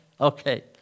Okay